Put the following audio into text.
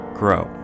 grow